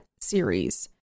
series